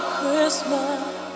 Christmas